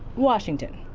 washington.